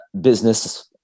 business